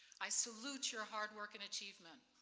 i salute your hard work and achievement.